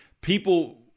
People